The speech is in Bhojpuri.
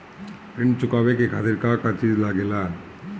ऋण चुकावे के खातिर का का चिज लागेला?